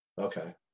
Okay